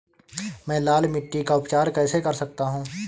मैं लाल मिट्टी का उपचार कैसे कर सकता हूँ?